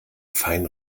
fein